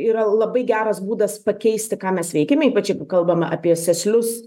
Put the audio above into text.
yra labai geras būdas pakeisti ką mes veikiame ypač kalbama apie sėslius